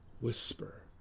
whisper